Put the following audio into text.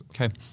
Okay